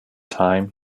time